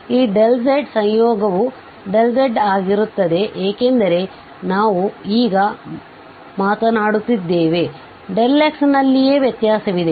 ಈz ಸಂಯೋಗವು z ಆಗಿರುತ್ತದೆ ಏಕೆಂದರೆ ನಾವು ಈಗ ಮಾತನಾಡುತ್ತಿದ್ದೇವೆ x ನಲ್ಲಿಯೇ ವ್ಯತ್ಯಾಸವಿದೆ